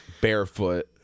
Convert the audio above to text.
barefoot